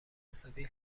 حسابی